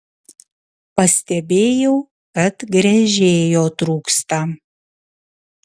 pastebėjau kad gręžėjo trūksta